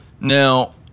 Now